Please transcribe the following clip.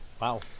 Wow